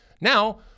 Now